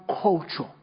culture